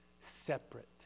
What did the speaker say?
separate